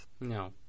No